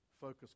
focus